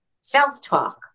self-talk